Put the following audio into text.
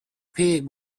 pig